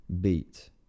beat